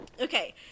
Okay